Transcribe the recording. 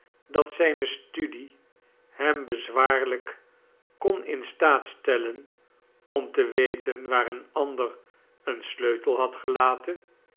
dat zijne studie hem bezwaarlijk kon in staat stellen om te weten waar een ander een sleutel had gelaten